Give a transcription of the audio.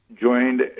Joined